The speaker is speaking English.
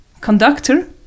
conductor